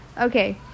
okay